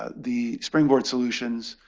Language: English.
ah the springboard solutions,